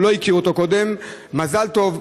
שהוא לא הכיר אותו קודם: מזל טוב,